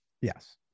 Yes